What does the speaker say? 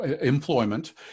employment